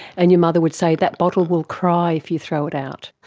and your mother would say, that bottle will cry if you throw it out.